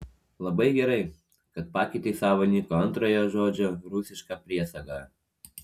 labai gerai kad pakeitei savo niko antrojo žodžio rusišką priesagą